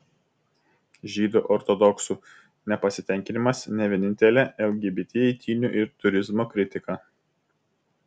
žydų ortodoksų nepasitenkinimas ne vienintelė lgbt eitynių ir turizmo kritika